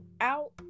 out